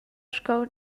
sco